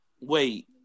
Wait